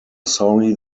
sorry